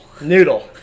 Noodle